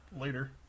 later